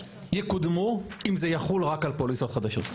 יקודמו אם זה יחול רק על פוליסות חדשות.